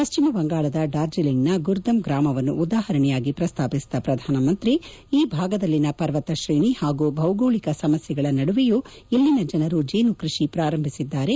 ಪಶ್ಚಿಮ ಬಂಗಾಳದ ಡಾರ್ಜಿಲಿಂಗ್ನ ಗುರ್ದಮ್ ಗ್ರಾಮವನ್ನು ಉದಾಹರಣೆಯಾಗಿ ಪ್ರಸ್ತಾಪಿಸಿದ ಪ್ರಧಾನಮಂತ್ರಿ ಈ ಭಾಗದಲ್ಲಿನ ಪರ್ವತ ಶ್ರೇಣಿ ಹಾಗೂ ಭೌಗೋಳಿಕ ಸಮಸ್ಯೆಗಳ ನದುವೆಯೂ ಇಲ್ಲಿನ ಜನರು ಜೇನು ಕೃಷಿಯನ್ನು ಪ್ರಾರಂಭಿಸಿದ್ದಾರೆ